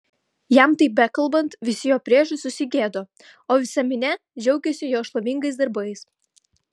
jam tai bekalbant visi jo priešai susigėdo o visa minia džiaugėsi jo šlovingais darbais